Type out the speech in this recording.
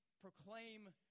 proclaim